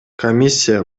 комиссия